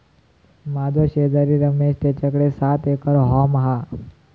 माझो शेजारी रमेश तेच्याकडे सात एकर हॉर्म हा